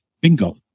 Bingo